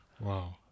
Wow